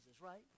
right